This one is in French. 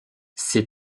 ces